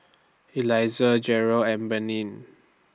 Eliezer Jerel and Breanne